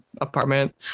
apartment